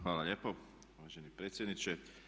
Hvala lijepo uvaženi predsjedniče.